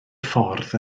ffordd